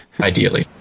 Ideally